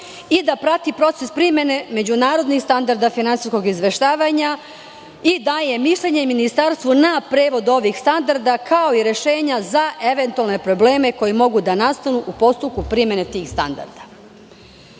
i da prati proces primene međunarodnih standarda finansijskog izveštavanja i daje mišljenje Ministarstvu na prevod ovih standarda, kao i rešenja za eventualne probleme koji mogu da nastanu u postupku primene tih standarda. Nacionalna